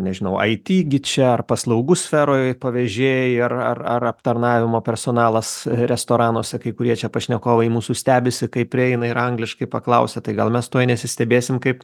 nežinau it gi čia ar paslaugų sferoj pavėžėjai ar ar ar aptarnavimo personalas restoranuose kai kurie čia pašnekovai mūsų stebisi kai prieina ir angliškai paklausia tai gal mes tuoj nesistebėsim kaip